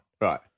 Right